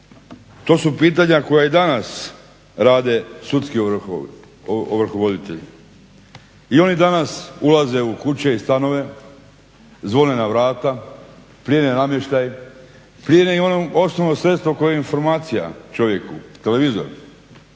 To su pitanja koja i danas rade sudski ovrhovoditelji i oni danas ulaze u kuće i stanove, zvone na vrata, plijene namještaj, plijene i ono osnovno sredstvo koje je informacija čovjeku televizor,